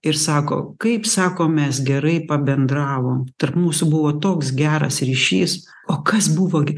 ir sako kaip sako mes gerai pabendravom tarp mūsų buvo toks geras ryšys o kas buvo gi